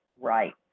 right